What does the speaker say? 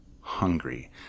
hungry